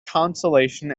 consolation